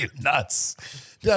Nuts